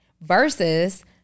versus